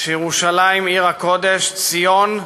שירושלים עיר הקודש, ציון,